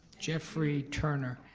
jeffrey turner.